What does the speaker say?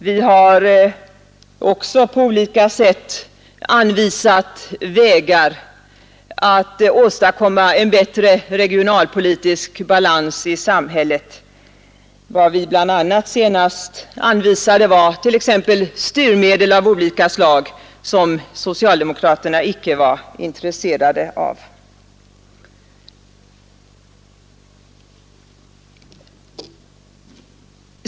Vi har också på olika sätt anvisat vägar att åstadkomma en bättre regional politisk balans i samhället. Bl. a. anvisade vi senast styrmedel av olika slag, vilket socialdemokraterna inte var intresserade av.